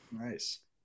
Nice